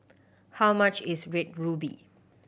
how much is Red Ruby